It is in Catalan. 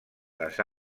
les